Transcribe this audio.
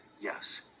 Yes